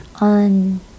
on